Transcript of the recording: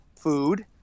food